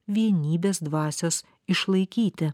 vienybės dvasios išlaikyti